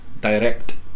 Direct